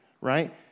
right